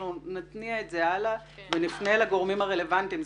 אנחנו נתניע את זה הלאה ונפנה לגורמים הרלוונטיים.